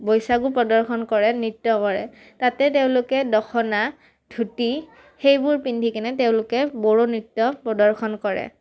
বৈশাগু প্ৰদৰ্শন কৰে নৃত্য কৰে তাতে তেওঁলোকে দখনা ধুতি সেইবোৰ পিন্ধি কেনে তেওঁলোকে বড়ো নৃত্য প্ৰদৰ্শন কৰে